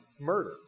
murder